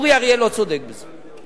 אורי אריאל לא צודק בזה.